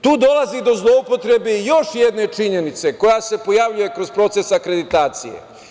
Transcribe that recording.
Tu dolazi do zloupotrebe još jedne činjenice koja se pojavljuje kroz proces akreditacije.